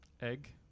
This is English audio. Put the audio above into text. Egg